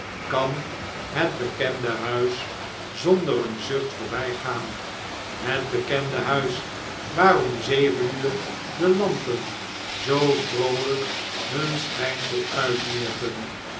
kan het bekende huis zonder een zucht voorbijgaan het bekendehuis waar om zeven uur de lampen zoo vroolijk hun schijnsel uitwierpen